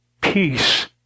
peace